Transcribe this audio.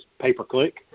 pay-per-click